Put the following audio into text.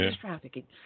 trafficking